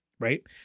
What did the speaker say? Right